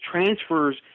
transfers